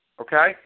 okay